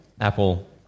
Apple